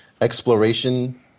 exploration